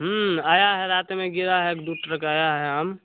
आया है रात में गिरा है गया है आम